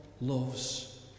loves